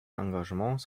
engagements